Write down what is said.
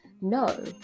No